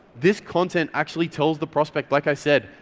this content actually tells the prospect, like i said,